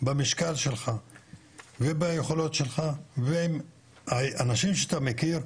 במשקל שלך וביכולות שלך ועם אנשים שאתה מכיר,